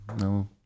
no